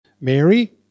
Mary